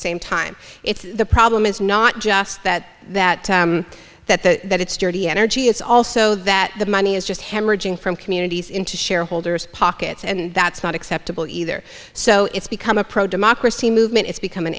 same time it's the problem is not just that that that the that it's dirty energy it's also that the money is just hemorrhaging from communities into shareholder's pockets and that's not acceptable either so it's become a pro democracy movement it's become an